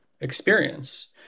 experience